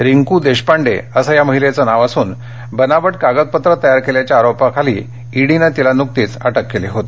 रिंकू देशपांडे असं या महिलेचं नाव असून बनावट कागदपत्रं तयार केल्याच्या आरोपाखाली ईडीनं तिला नुकतीच अटक केली होती